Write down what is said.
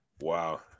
Wow